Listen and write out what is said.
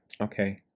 Okay